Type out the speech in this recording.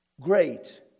Great